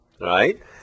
right